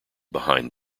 behind